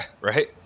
right